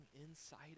inside